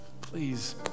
please